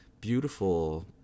beautiful